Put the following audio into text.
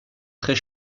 très